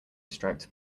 striped